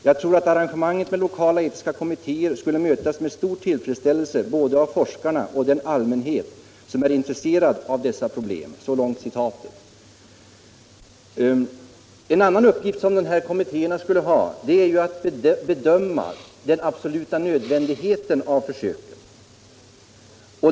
Jag tror att arrangemanget med lokala etiska kommittéer skulle mötas med stor tillfredsställelse både av forskarna och den allmänhet som är intresserad av dessa problem.” En uppgift som kommittéerna skulle ha är att bedöma den absoluta nödvändigheten av försöken.